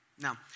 Now